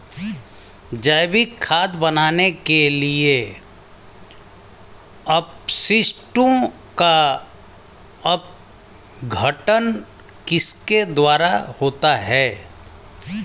जैविक खाद बनाने के लिए अपशिष्टों का अपघटन किसके द्वारा होता है?